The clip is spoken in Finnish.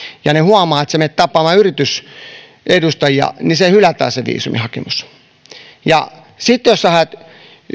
ja he huomaavat että menet tapaamaan yritysedustajia niin se viisumihakemus hylätään sitten jos haet